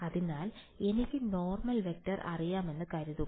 അതിനാൽ എനിക്ക് normal vector അറിയാമെന്ന് കരുതുക